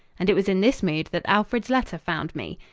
and it was in this mood that alfred's letter found me.